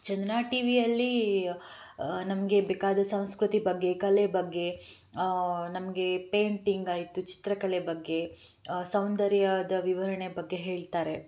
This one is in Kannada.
ಚಂದನಾ ಟಿವಿಯಲ್ಲಿ ನಮಗೆ ಬೇಕಾದ ಸಂಸ್ಕೃತಿ ಬಗ್ಗೆ ಕಲೆ ಬಗ್ಗೆ ನಮಗೆ ಪೇಂಟಿಂಗ್ ಆಯಿತು ಚಿತ್ರಕಲೆ ಬಗ್ಗೆ ಸೌಂದರ್ಯದ ವಿವರಣೆ ಬಗ್ಗೆ ಹೇಳ್ತಾರೆ